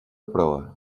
proa